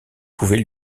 pouvait